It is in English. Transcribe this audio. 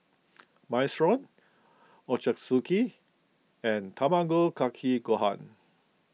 Minestrone Ochazuke and Tamago Kake Gohan